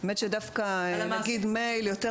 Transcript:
האמת היא שדווקא מייל קל יותר